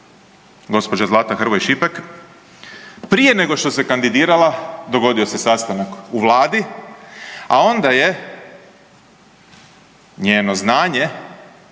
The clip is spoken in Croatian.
gđa. Zlata Hrvoj Šipek, prije nego što se kandidirala, dogodio je sastanak u Vladi, a onda je njeno znanje